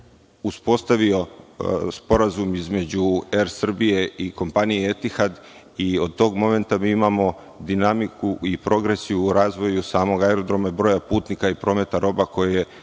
uspostavio sporazum između „Er Srbije“ i kompanije Etihad i od tog momenta mi imamo dinamiku i progresiju u razvoju samog aerodroma i broja putnika i prometa roba koji